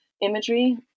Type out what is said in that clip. imagery